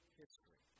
history